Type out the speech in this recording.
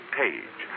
page